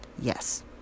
Yes